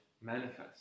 manifest